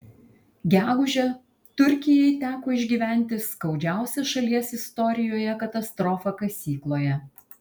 gegužę turkijai teko išgyventi skaudžiausią šalies istorijoje katastrofą kasykloje